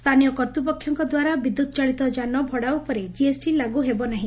ସ୍ଚାନୀୟ କର୍ତ୍ତୃପକ୍ଷଙ୍କ ଦ୍ୱାରା ବିଦ୍ୟୁତ୍ ଚାଳିତ ଯାନ ଭଡ଼ା ଉପରେ ଜିଏସ୍ଟି ଲାଗ ହେବ ନାହି